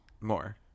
More